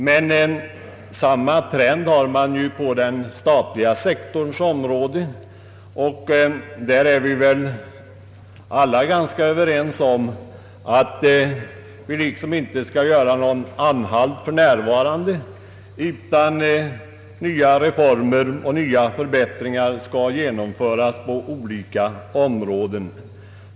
Men samma trend har man ju på den statliga sektorn, och vi är väl ändå alla ganska överens om att vi inte skall göra någon anhalt där för närvarande, utan nya reformer och nya förbättringar skall genomföras på olika områden.